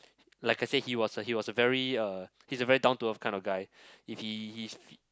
like I said he was a he was a very uh he's a very down to earth kind of guy if he he